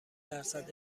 درصد